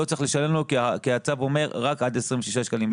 לא צריך לשלם לו כי הצו אומר רק עד 26 שקלים.